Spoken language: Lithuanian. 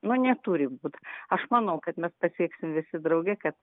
nu neturi būt aš manau kad mes pasieksim visi drauge kad